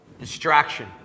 Distraction